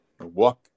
walk